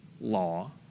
law